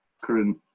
current